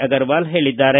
ಅಗರವಾಲ್ ಹೇಳದ್ದಾರೆ